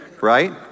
right